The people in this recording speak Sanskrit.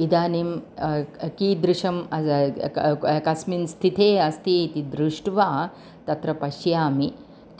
इदानीं क् कीदृशं द क कस्मिन् स्थितौ अस्ति इति दृष्ट्वा तत्र पश्यामि